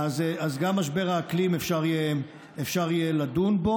אז גם במשבר האקלים אפשר יהיה לדון.